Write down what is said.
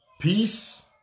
peace